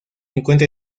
encuentra